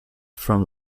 from